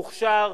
מוכשר,